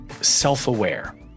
self-aware